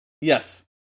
Yes